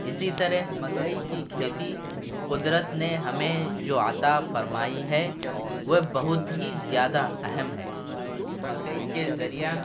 اسی طرح مکئی کی کھیتی قدرت نے ہمیں جو عطا فرمائی ہے وہ بہت ہی زیادہ اہم ہے مکئی کے ذریعہ